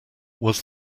was